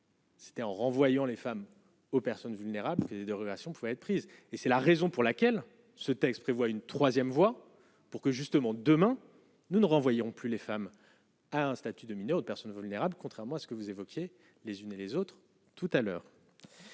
C'était en renvoyant les femmes aux personnes vulnérables que des dérogations pourraient être prises, et c'est la raison pour laquelle ce texte prévoit une 3ème voie pour que justement demain nous ne renvoyons plus les femmes à un statut de mineur de personne vulnérable, contrairement à ce que vous évoquiez les unes et les autres, tout à l'heure.